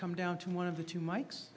come down to one of the two mikes